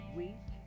week